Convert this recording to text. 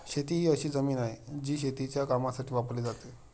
शेती ही अशी जमीन आहे, जी शेतीच्या कामासाठी वापरली जाते